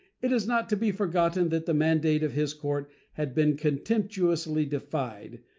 it is not to be forgotten that the mandate of his court had been contemptuously defied,